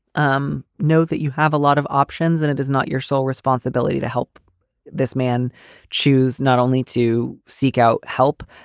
um know that you have a lot of options and it is not your sole responsibility to help this man choose not only to seek out help,